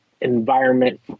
environment